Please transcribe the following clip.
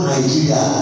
Nigeria